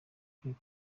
ukwiye